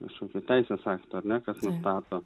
visų teisės aktų ar ne kas nustato